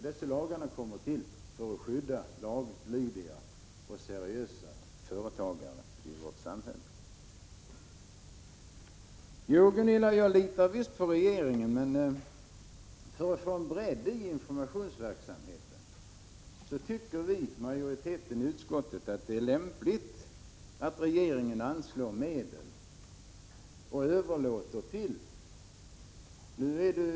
Dessa lagar har kommit till för att skydda laglydiga och seriösa företagare i vårt samhälle. Jo, Gunilla André, jag litar visst på regeringen, men för att få bredd i informationsverksamheten tycker majoriteten i utskottet att det är lämpligt att regeringen anslår medel och överlåter ansvaret till facket.